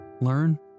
learn